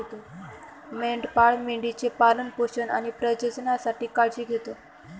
मेंढपाळ मेंढी चे पालन पोषण आणि प्रजननासाठी काळजी घेतो